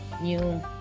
new